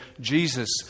Jesus